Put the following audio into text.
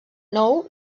nou